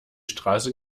straße